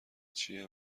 چیه